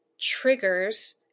triggers